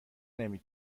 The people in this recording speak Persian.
نمی